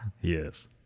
yes